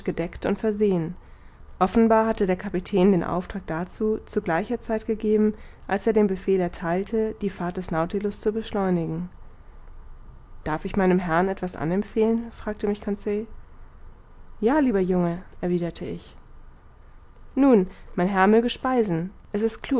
gedeckt und versehen offenbar hatte der kapitän den auftrag dazu zu gleicher zeit gegeben als er den befehl ertheilte die fahrt des nautilus zu beschleunigen darf ich meinem herrn etwas anempfehlen fragte mich conseil ja lieber junge erwiderte ich nun mein herr möge speisen es ist